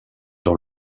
dans